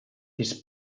this